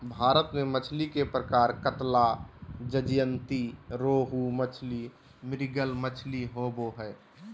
भारत में मछली के प्रकार कतला, ज्जयंती रोहू मछली, मृगल मछली होबो हइ